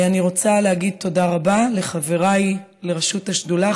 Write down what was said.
אני רוצה להגיד תודה רבה לחבריי לראשות השדולה,